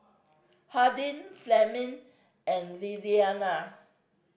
Hardin Fleming and Lillianna